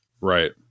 Right